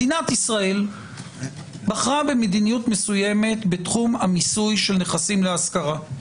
מדינת ישראל בחרה במדיניות מסוימת בתחום המיסוי של נכסים להשכרה.